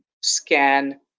scan